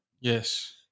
Yes